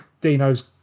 Dino's